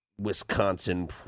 Wisconsin